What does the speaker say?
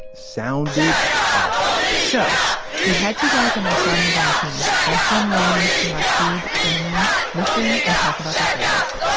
sounded awesome so we had two guys on our sound design team, antwan williams, and rhashiyd zinnamon listen and talk about their favorites.